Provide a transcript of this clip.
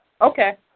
Okay